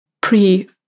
pre